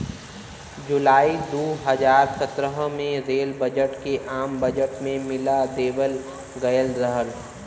जुलाई दू हज़ार सत्रह में रेल बजट के आम बजट में मिला देवल गयल रहल